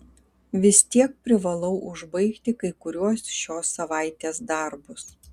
vis tiek privalau užbaigti kai kuriuos šios savaitės darbus